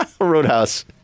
Roadhouse